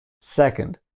Second